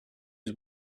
his